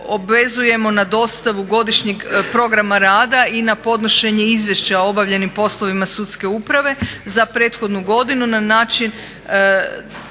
obvezujemo na dostavu godišnjeg programa rada i na podnošenje izvješća o obavljenim poslovima sudske uprave za prethodnu godinu na način